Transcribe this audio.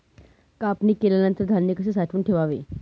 कापणी केल्यानंतर धान्य कसे साठवून ठेवावे?